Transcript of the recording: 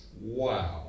wow